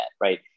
right